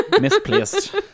Misplaced